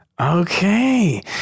Okay